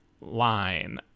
line